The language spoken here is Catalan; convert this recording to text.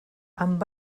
amb